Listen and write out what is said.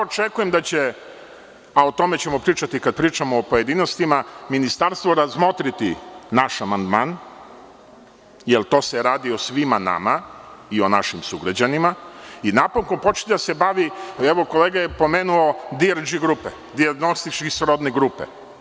Očekujem da će, o tome ćemo pričati kad pričamo o pojedinostima, ministarstvo razmotriti naš amandman, jer tu se radi o svima nama, o našim sugrađanima i napokon počinje da se bavi, evo, kolega je pomenuo DRG grupe, dijagnostičke srodne grupe.